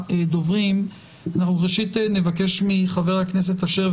אנחנו ראשית נבקש מחבר הכנסת אשר,